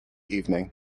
evening